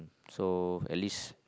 so at least